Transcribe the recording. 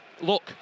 look